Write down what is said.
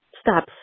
stop